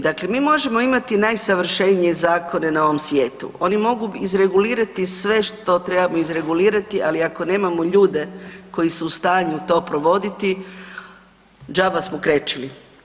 Dakle, mi možemo imati najsavršenije zakone na ovom svijetu, oni mogu izregulirati sve što trebamo izregulirati, ali ako nemamo ljude koji su u stanju to provoditi, džaba smo krečili.